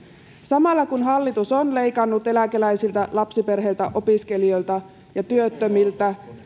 samalla kun hallitus on leikannut eläkeläisiltä lapsiperheiltä opiskelijoilta ja työttömiltä